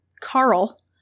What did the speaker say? carl